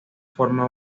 forma